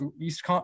East